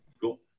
Cool